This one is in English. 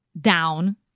down